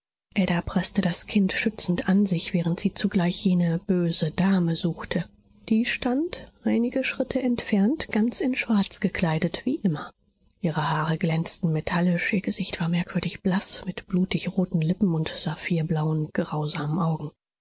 ada preßte das kind schützend an sich während sie zugleich jene böse dame suchte die stand einige schritte entfernt ganz in schwarz gekleidet wie immer ihre haare glänzten metallisch ihr gesicht war merkwürdig blaß mit blutigroten lippen und saphirblauen grausamen augen